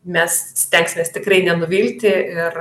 mes stengsimės tikrai nenuvilti ir